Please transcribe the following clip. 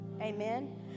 amen